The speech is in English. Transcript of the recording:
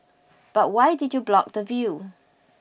but why did you block the view